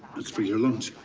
that's for your lunch.